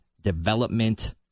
development